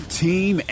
team